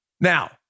Now